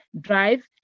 drive